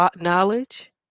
knowledge